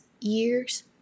years